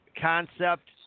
concept